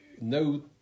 no